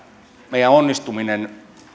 meidän onnistumisemme